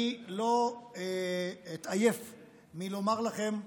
אני לא אתעייף מלומר לכם,